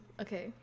okay